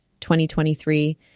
2023